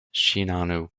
shinano